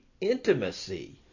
intimacy